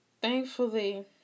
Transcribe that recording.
thankfully